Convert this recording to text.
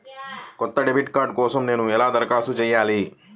కొత్త debit card కోసం నేను ఎలా దరఖాస్తు చేయాలి?